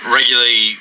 Regularly